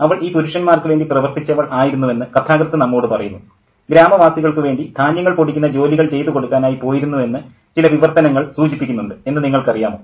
അവൾ ഈ പുരുഷന്മാർക്ക് വേണ്ടി പ്രവർത്തിച്ചവൾ ആയിരുന്നുവെന്ന് കഥാകൃത്ത് നമ്മോടു പറയുന്നു ഗ്രാമവാസികൾക്കു വേണ്ടി ധാന്യങ്ങൾ പൊടിക്കുന്ന ജോലികൾ ചെയ്തു കൊടുക്കാനായി പോയിരുന്നു എന്ന് ചില വിവർത്തനങ്ങൾ സൂചിപ്പിക്കുന്നുണ്ട് എന്ന് നിങ്ങൾക്കറിയാമോ